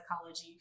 psychology